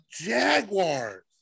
Jaguars